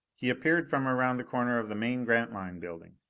he appeared from around the corner of the main grantline building.